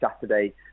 Saturday